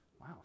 Wow